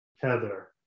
Heather